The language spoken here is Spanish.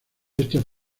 este